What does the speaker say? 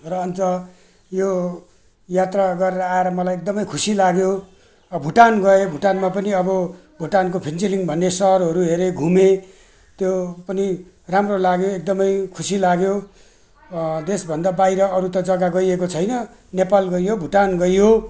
र अन्त यो यात्रा गरेर आएर मलाई एकदमै खुसी लाग्यो अँ भुटान गएँ भुटानमा पनि अब भुटानको फुन्चोलिङ भन्ने सहरहरू हेरेँ घुमेँ त्यो पनि राम्रो लाग्यो एकदमै खुसी लाग्यो देशभन्दा बाहिर अरू त जग्गा गइएको छैन नेपाल गइयो भुटान गइयो